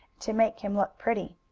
to make him look pretty.